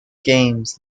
games